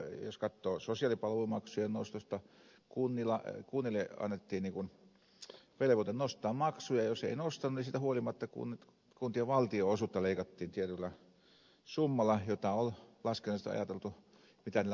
jos katsoo sosiaalipalvelumaksujen nostoa niin kunnil le annettiin velvoite nostaa maksuja ja jos ei nostanut niin siitä huolimatta kuntien valtio osuutta leikattiin tietyllä summalla jota on laskennallisesti ajateltu että millä maksuja kerätään